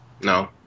No